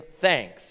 thanks